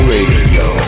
Radio